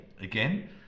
again